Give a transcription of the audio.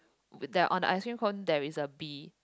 that on the ice cream cone there is a bee